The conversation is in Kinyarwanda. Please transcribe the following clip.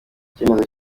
icyemezo